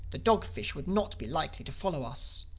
the dog-fish would not be likely to follow us.